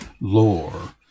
lore